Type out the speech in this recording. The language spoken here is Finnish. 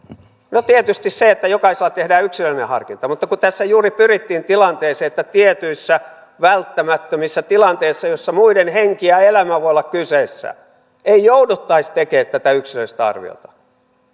tietysti se että jokaiselle tehdään yksilöllinen harkinta mutta kun tässä juuri pyrittiin tilanteeseen että tietyissä välttämättömissä tilanteissa joissa muiden henki ja ja elämä voi olla kyseessä ei jouduttaisi tekemään tätä yksilöllistä arviota